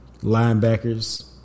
linebackers